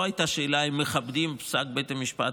לא הייתה שאלה אם מכבדים פסק בית המשפט,